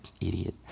idiot